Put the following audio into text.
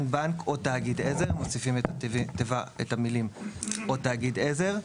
בנק או תאגיד עזר" מוסיפים את המילים "או תאגיד עזר".